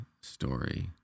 story